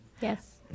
Yes